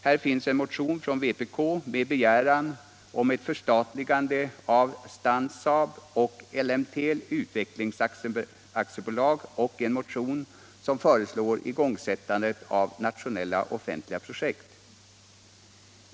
Här finns en motion från vpk med begäran om ett förstatligande av Stansaab Elektronik AB och Ellemtel Utvecklings AB samt en motion, vari föreslås igångsättande av nationella offentliga projekt.